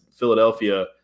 Philadelphia